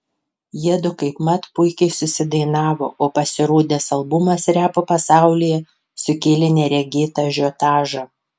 jiedu kaipmat puikiai susidainavo o pasirodęs albumas repo pasaulyje sukėlė neregėtą ažiotažą